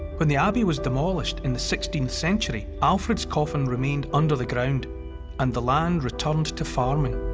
when the abbey was demolished in the sixteenth century, alfred's coffin remained under the ground and the land returned to farming.